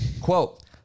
Quote